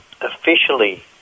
officially